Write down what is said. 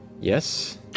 Yes